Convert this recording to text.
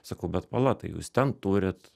sakau bet pala tai jūs ten turit